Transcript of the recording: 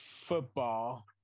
football